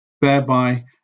thereby